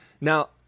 Now